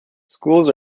schools